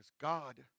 God